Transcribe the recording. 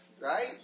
right